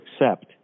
accept